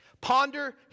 Ponder